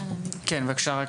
בבקשה.